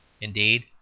Indeed